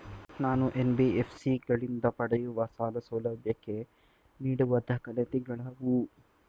ನಾನು ಎನ್.ಬಿ.ಎಫ್.ಸಿ ಗಳಿಂದ ಪಡೆಯುವ ಸಾಲ ಸೌಲಭ್ಯಕ್ಕೆ ನೀಡುವ ದಾಖಲಾತಿಗಳಾವವು?